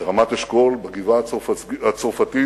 ברמת-אשכול, בגבעה-הצרפתית,